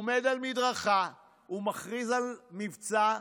עומד על מדרכה ומכריז על מבצע: